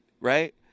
right